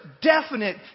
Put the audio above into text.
definite